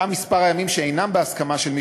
גם מספר הימים שאינם בהסכמה של מי